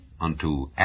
unto